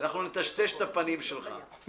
אנחנו נטשטש את הפנים שלך.